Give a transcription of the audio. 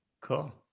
Cool